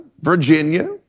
Virginia